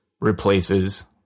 replaces